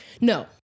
no